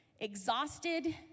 Exhausted